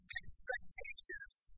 expectations